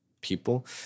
people